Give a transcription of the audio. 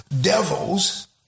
devils